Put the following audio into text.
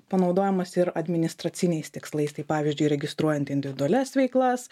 panaudojamas ir administraciniais tikslais tai pavyzdžiui registruojant individualias veiklas